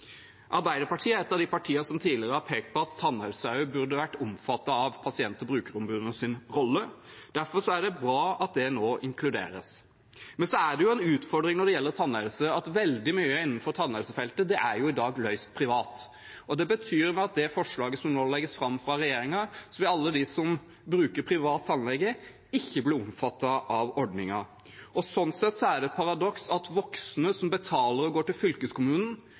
Arbeiderpartiet er et av partiene som tidligere har pekt på at også tannhelse burde vært omfattet av pasient- og brukerombudenes rolle. Derfor er det bra at det nå inkluderes. Men når det gjelder tannhelse, er det en utfordring at veldig mye innenfor tannhelsefeltet i dag er løst privat. Det betyr at med det forslaget som nå legges fram av regjeringen, vil alle som bruker privat tannlege, ikke bli omfattet av ordningen. Sånn sett er det et paradoks at voksne som betaler og går til fylkeskommunen,